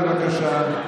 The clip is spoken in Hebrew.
בבקשה.